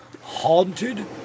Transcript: Haunted